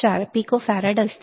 4 picofarad असते